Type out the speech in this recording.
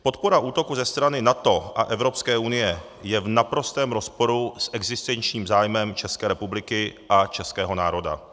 Podpora útoku ze strany NATO a Evropské unie je v naprostém rozporu s existenčním zájmem České republiky a českého národa.